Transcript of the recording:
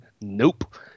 Nope